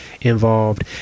involved